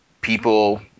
people